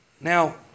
Now